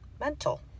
Mental